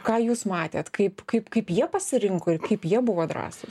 ką jūs matėt kaip kaip kaip jie pasirinko ir kaip jie buvo drąsūs